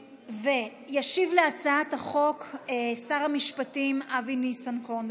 ישיב על הצעת החוק שר המשפטים אבי ניסנקורן,